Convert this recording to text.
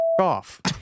Off